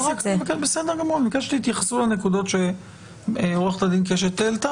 אני מבקש שתתייחסו לנקודות שעורכת הדין קשת העלתה